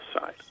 side